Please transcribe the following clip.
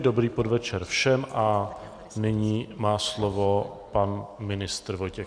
Dobrý podvečer všem a nyní má slovo pan ministr Vojtěch Adam.